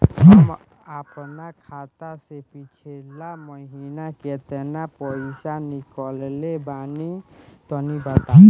हम आपन खाता से पिछला महीना केतना पईसा निकलने बानि तनि बताईं?